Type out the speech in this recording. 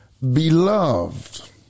beloved